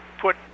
put